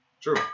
True